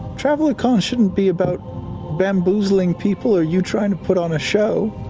traveler con shouldn't be about bamboozling people or you trying to put on a show.